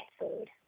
food